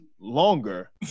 longer